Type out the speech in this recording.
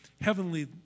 heavenly